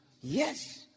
yes